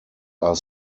are